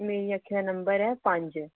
मेरी अक्खियां नंबर ऐ पं'ञ